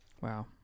Wow